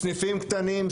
בסניפים קטנים,